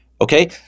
Okay